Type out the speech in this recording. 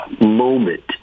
moment